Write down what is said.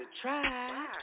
try